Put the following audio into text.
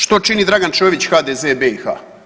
Što čini Dragan Ćović HDZ, BiH?